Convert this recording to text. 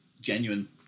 genuine